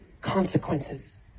consequences